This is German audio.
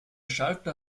schalter